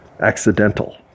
accidental